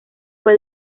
fue